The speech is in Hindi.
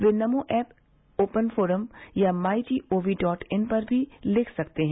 वे नमो ऐप ओपन फोरम या my G O V dot in पर भी लिख सकते हैं